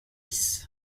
dix